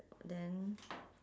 then